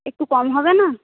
একটু কম হবে না